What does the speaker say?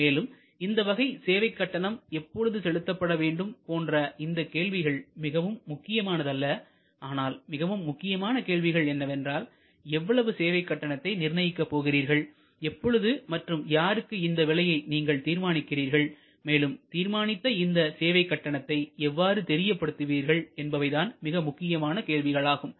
மேலும் இந்த வகை சேவைக்கட்டணம் எப்பொழுது செலுத்தப்பட வேண்டும் போன்ற இந்த கேள்விகள் மிக முக்கியமானது அல்ல ஆனால் மிகவும் முக்கியமான கேள்விகள் என்னவென்றால் எவ்வளவு சேவை கட்டணத்தை நிர்ணயிக்க போகிறீர்கள் எப்பொழுது மற்றும் யாருக்கு இந்த விலையை நீங்கள் தீர்மானிக்கிறார்கள் மேலும் தீர்மானித்த இந்த சேவைக் கட்டணத்தை எவ்வாறு தெரியபடுத்துவீர்கள் என்பவை தான் மிக முக்கியமான கேள்விகளாகும்